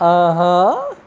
ஆஹா